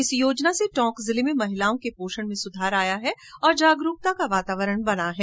इस योजना से टोंक जिले में महिलाओं के पोषण में सुधार आया है और जागरूकता का वातावरण बना है